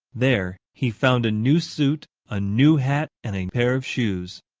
there, he found a new suit, a new hat, and a pair of shoes.